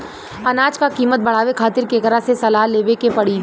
अनाज क कीमत बढ़ावे खातिर केकरा से सलाह लेवे के पड़ी?